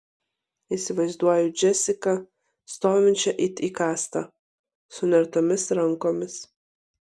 įsivaizduoju džesiką stovinčią it įkastą sunertomis rankomis